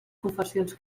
confessions